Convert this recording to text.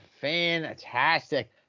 fantastic